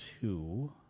two